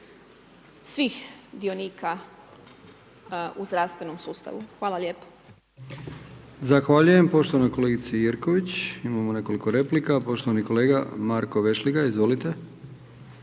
svih dionika u zdravstvenom sustavu. Hvala lijepo. **Brkić, Milijan (HDZ)** Zahvaljujem poštovanoj kolegici Jerković. Imamo nekoliko replika, poštovani kolega Marko Vešligaj.